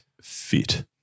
Fit